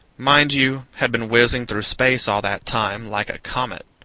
mind you, had been whizzing through space all that time, like a comet.